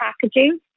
packaging